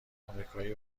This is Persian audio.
امریکایی